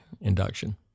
induction